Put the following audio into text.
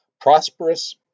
prosperous